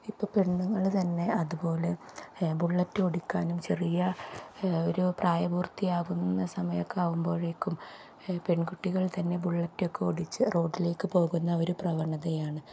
ഇപ്പം പെണ്ണുങ്ങൾ തന്നെ അതുപോലെ ഏ ബുള്ളറ്റ് ഓടിക്കാനും ചെറിയ ഒരു പ്രായപൂർത്തിയാകുന്ന സമയം ഒക്കെ ആകുമ്പോഴേക്കും പെൺകുട്ടികൾ തന്നെ ബുള്ളറ്റൊക്കെ ഓടിച്ച് റോഡിലേക്ക് പോകുന്ന ഒരു പ്രവണതയാണ്